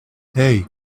hey